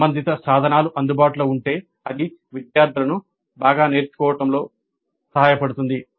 సంబంధిత సాధనాలు అందుబాటులో ఉంటే అది విద్యార్థులను బాగా నేర్చుకోవడంలో సహాయపడుతుంది